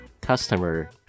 customer